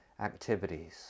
activities